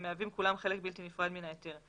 המהווים כולם חלק בלתי נפרד מן ההיתר.